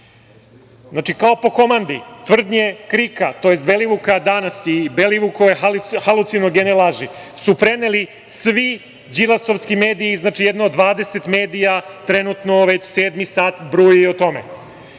kao po komandi, tvrdnje KRIK-a, tj. Belivuka danas i Belivukove halucinogene laži, su preneli svi Đilasovski mediji, znači jedno 20 medija, trenutno već sedmi sat bruji o tome.I